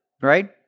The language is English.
right